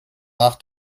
nach